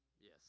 Yes